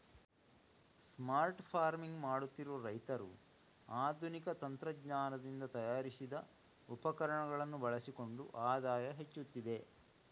smart farming ಮಾಡುತ್ತಿರುವ ರೈತರು ಆಧುನಿಕ ತಂತ್ರಜ್ಞಾನದಿಂದ ತಯಾರಿಸಿದ ಉಪಕರಣಗಳನ್ನು ಬಳಸಿಕೊಂಡು ಆದಾಯ ಹೆಚ್ಚುತ್ತಿದೆ